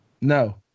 No